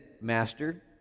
master